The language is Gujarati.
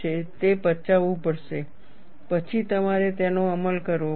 તે પચાવવું પડશે પછી તમારે તેનો અમલ કરવો પડશે